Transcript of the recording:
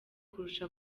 kurusha